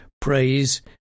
praise